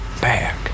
back